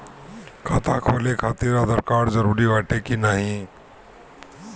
खाता खोले काहतिर आधार कार्ड जरूरी बाटे कि नाहीं?